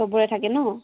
চবৰে থাকে ন